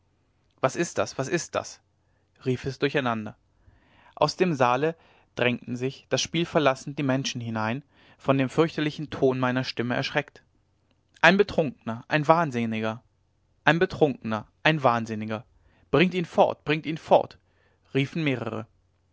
was ist das was ist das rief es durcheinander aus dem saale drängten sich das spiel verlassend die menschen hinein von dem fürchterlichen ton meiner stimme erschreckt ein betrunkener ein wahnsinniger bringt ihn fort bringt ihn fort riefen mehrere